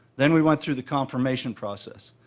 then we went through the confirmation process.